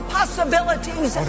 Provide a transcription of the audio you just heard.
possibilities